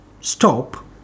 stop